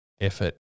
effort